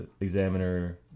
examiner